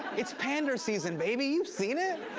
it's pander season, baby. you've seen it.